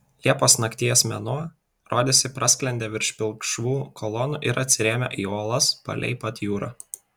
liepos nakties mėnuo rodėsi prasklendė virš pilkšvų kolonų ir atsirėmė į uolas palei pat jūrą